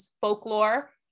folklore